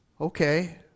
okay